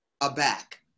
aback